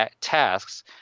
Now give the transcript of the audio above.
tasks